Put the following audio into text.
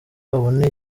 abone